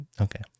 okay